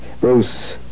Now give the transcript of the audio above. Bruce